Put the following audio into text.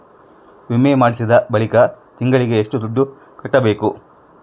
ವಿಮೆ ಮಾಡಿಸಿದ ಬಳಿಕ ತಿಂಗಳಿಗೆ ಎಷ್ಟು ದುಡ್ಡು ಕಟ್ಟಬೇಕು?